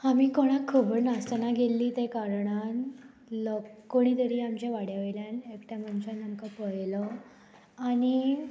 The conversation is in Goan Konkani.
आमी कोणाक खबर नासतना गेल्ली त्या कारणान लो कोणी तरी आमच्या वाड्या वयल्यान एकट्या मनशान आमकां पळयलो आनी